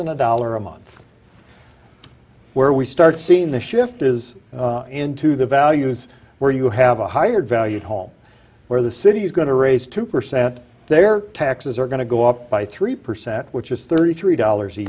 than a dollar a month where we start seeing the shift is into the values where you have a higher value home where the city is going to raise two percent their taxes are going to go up by three percent which is thirty three dollars a